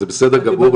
זה בסדר גמור,